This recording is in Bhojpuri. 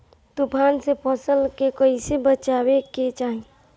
तुफान से फसल के कइसे बचावे के चाहीं?